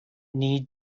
need